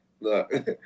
Look